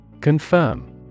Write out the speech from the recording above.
Confirm